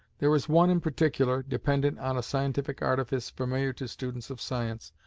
there is one, in particular, dependent on a scientific artifice familiar to students of science,